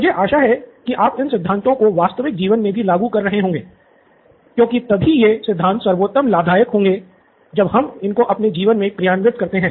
मुझे आशा है कि आप इन सिद्धांतों को अपने वास्तविक जीवन में भी लागू कर रहे होंगे क्योंकि तभी ये सिद्धांत सर्वोत्तम लाभदायक होंगे जब हम इनको अपने जीवन मे क्रियान्वित करते हैं